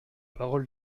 parole